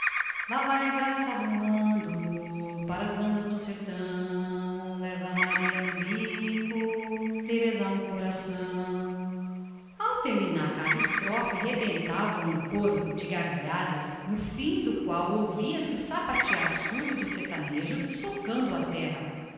lá vai a garça voando para as bandas do sertão leva maria no bico teresa no coração ao terminar de cada estrofe rebentava um coro de risadas durante o qual se ouvia o sapatear surdo do sertanejo socando a terra